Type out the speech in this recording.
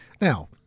Now